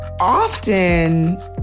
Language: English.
often